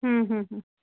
हम्म हम्म